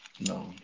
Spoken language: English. No